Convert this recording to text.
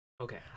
okay